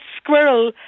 Squirrel